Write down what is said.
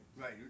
right